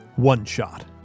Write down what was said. OneShot